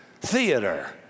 theater